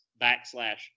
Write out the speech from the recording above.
backslash